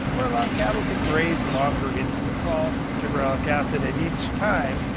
or allow cattle to graze longer into the fall. gibberellic acid at each time,